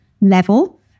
level